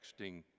texting